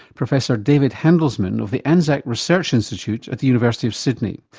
professor david handelsman of the anzac research institute at the university of sydney.